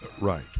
Right